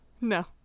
No